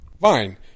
Fine